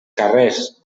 carrers